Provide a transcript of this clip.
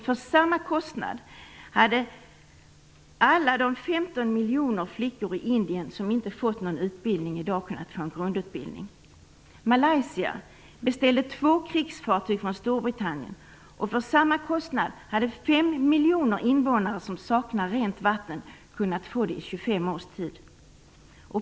För samma kostnad hade alla de 15 miljoner flickor i Indien som i dag inte fått någon utbildning kunnat få en grundutbildning. Malaysia beställde två krigsfartyg från Storbritannien. För samma kostnad hade fem miljoner invånare som saknar rent vatten kunnat få det i 25 års tid.